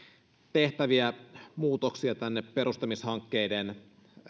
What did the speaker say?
tehtäviä muutoksia tänne perustamishankkeiden